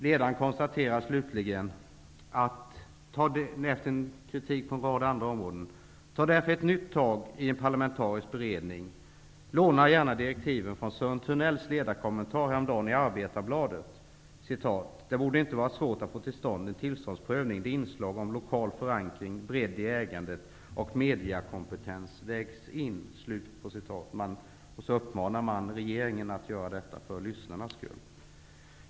Ledaren konstaterar slutligen -- efter kritik på en rad andra områden: Ta därför ett nytt tag i en parlamentarisk beredning. Låna gärna direktiven från Sören Thunells ledarkommentar häromdagen i Arbetarbladet: Det borde inte vara svårt att få till stånd en tillståndsprövning där inslag om lokal förankring, bredd i ägandet och mediakompetens vägs in. Man uppmanar regeringen att göra detta för lyssnarnas skull.